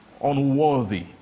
unworthy